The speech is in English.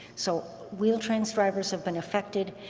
so wheel-trans drivers have been affected,